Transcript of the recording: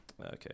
Okay